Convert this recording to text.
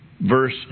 Verse